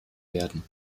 werden